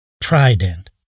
trident